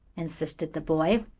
insisted the boy.